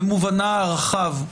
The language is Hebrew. במובנה הרחב,